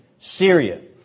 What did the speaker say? Syria